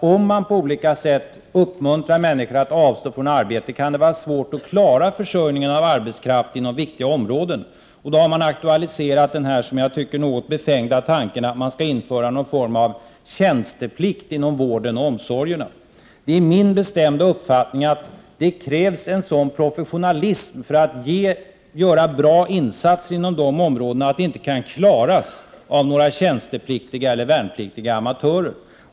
Om vi på olika sätt uppmuntrar människor att avstå från att arbeta kan det vara svårt att klara försörjningen med arbetskraft inom viktiga områden. Då har miljöpartiet aktualiserat den något befängda tanken att införa någon form av tjänsteplikt inom vården och omsorgerna. Det är min bestämda uppfattning att det krävs en så stor professionalism för att göra bra insatser inom de områdena att de insaterna inte kan klaras av några tjänstepliktiga eller värnpliktiga amatörer.